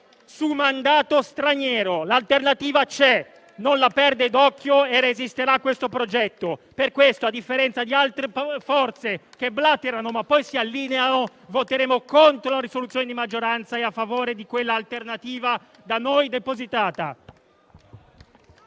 su mandato straniero. L'Alternativa C'è non la perde d'occhio e resisterà a questo progetto. Per questo, a differenza di altre forze, che blaterano ma poi si allineano, voteremo contro la risoluzione di maggioranza e a favore di quella alternativa da noi depositata.